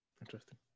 Interesting